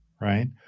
right